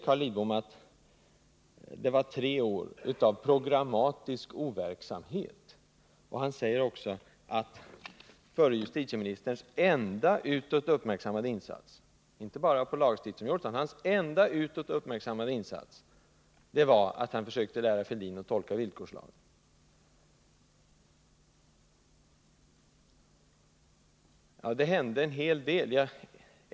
Carl Lidbom talar om tre år av programmatisk overksamhet och säger att förre justitieministerns enda utåt uppmärksammade insats — alltså inte bara på lagstiftningsområdet — var att han försökte lära Thorbjörn Fälldin att tolka villkorslagen. Det hände en hel del under de här åren.